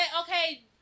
okay